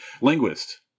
linguist